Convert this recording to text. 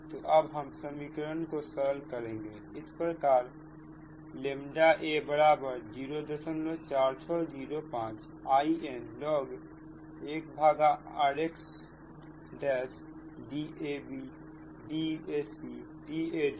तो अब हम इस समीकरण को सरल करेंगे इस प्रकार a बराबर 04605 In log1 rx'DabDacDadDanतक